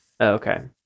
Okay